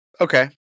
Okay